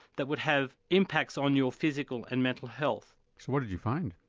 that would have impacts on your physical and mental health. so what did you find?